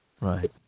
Right